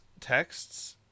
texts